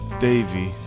Davy